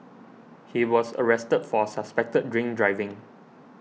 he was arrested for suspected drink driving